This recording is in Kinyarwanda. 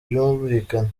bwumvikane